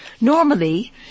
Normally